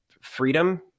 freedom